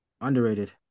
Underrated